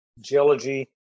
Geology